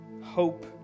hope